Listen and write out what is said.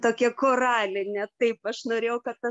tokie koralinė taip aš norėjau kad ta